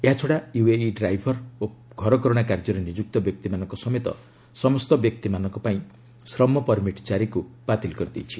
ଏହାଛଡ଼ା UAE driver ଓ ଘରକରଣା କାର୍ଯ୍ୟରେ ନିଯୁକ୍ତ ବ୍ୟକ୍ତିମାନଙ୍କ ସମେତ ସମସ୍ତ ବ୍ୟକ୍ତିମାନଙ୍କ ପାଇଁ ଶ୍ରମ ପରମିଟ୍ ଜାରିକୁ ବାତିଲ କରିଦେଇଛି